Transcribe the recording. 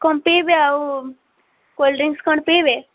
କ'ଣ ପିଇବେ ଆଉ କୋଲ୍ଡ଼ ଡ଼୍ରିଙ୍କସ୍ କ'ଣ ପିଇବେ